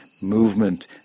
movement